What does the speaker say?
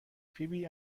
فیبی